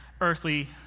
earthly